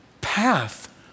path